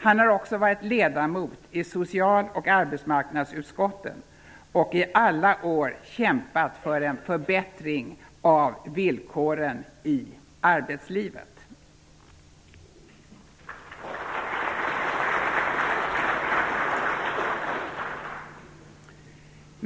Han har också varit ledamot i social och arbetsmarknadsutskotten och i alla år kämpat för en förbättring av villkoren i arbetslivet.